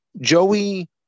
Joey